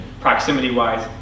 Proximity-wise